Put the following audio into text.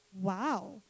Wow